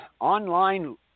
online